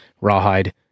Rawhide